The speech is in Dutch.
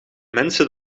mensen